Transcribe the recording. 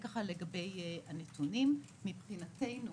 מבחינתנו,